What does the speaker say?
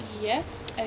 Yes